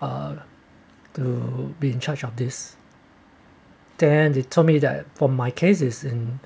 uh to be in charge of this then they told me that for my case is in